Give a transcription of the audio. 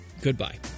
Goodbye